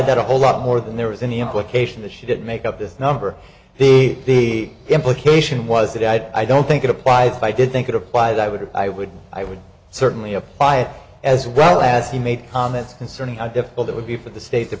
that a whole lot more than there was any implication that she did make up this number the implication was that i don't think it applied for i did think it applied i would i would i would certainly apply it as well as he made comments concerning how difficult it would be for the state